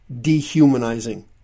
dehumanizing